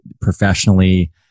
professionally